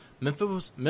Memphis